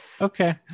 okay